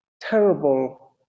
terrible